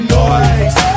noise